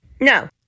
No